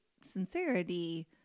sincerity